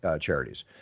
charities